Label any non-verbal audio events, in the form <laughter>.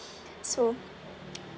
so <noise>